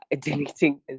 deleting